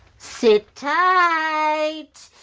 sit tight.